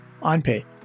OnPay